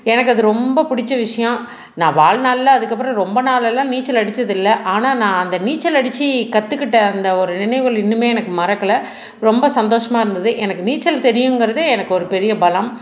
எனக்கு அது ரொம்ப பிடிச்ச விஷயம் நான் வாழ் நாள்ல அதுக்கு அப்புறம் ரொம்ப நாள் எல்லாம் நீச்சல் அடிச்சது இல்லை ஆனால் நான் அந்த நீச்சல் அடிச்சி கற்றுக்கிட்ட அந்த ஒரு நினைவுகள் இன்னுமே எனக்கு மறக்கலை ரொம்ப சந்தோஷமாக இருந்தது எனக்கு நீச்சல் தெரியுங்கறது எனக்கு ஒரு பெரிய பலம்